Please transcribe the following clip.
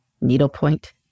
needlepoint